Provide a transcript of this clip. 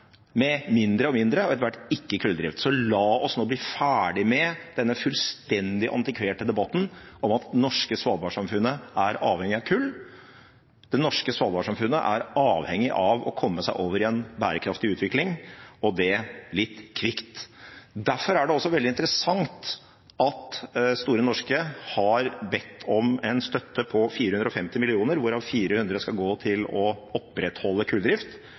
med mindre og mindre og etter hvert ikke kulldrift. Så la oss nå bli ferdige med denne fullstendig antikverte debatten om at det norske svalbardsamfunnet er avhengig av kull. Det norske svalbardsamfunnet er avhengig av å komme seg over i en bærekraftig utvikling – og det litt kvikt. Derfor er det også veldig interessant at Store Norske har bedt om en støtte på 450 mill. kr, hvorav 400 mill. kr skal gå til å opprettholde kulldrift